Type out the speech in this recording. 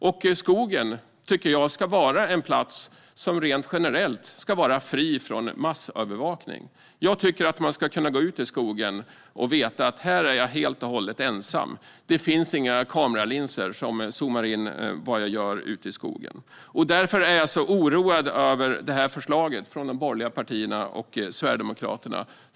Jag tycker att skogen ska vara en plats som generellt sett ska vara fri från massövervakning. Man ska kunna gå ut i skogen och veta att man är helt och hållet ensam, att här finns inga kameralinser som zoomar in vad man gör ute i skogen. Därför är jag så oroad över förslaget från de borgerliga partierna och Sverigedemokraterna.